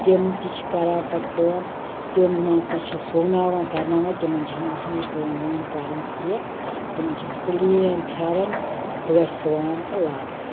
تِم تہِ چھِ کَران پتہٕ کٲم تِمن تہِ چھِ سُوناوان کرناوان تِمن چھَنہٕ آسان یہِ کٲم وٲم کَرٕنۍ کیٚنٛہہ تِمن چھِ أسۍ پٕلین پھٮ۪رن پٲسۍ سُوان تہٕ لاگان